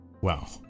Wow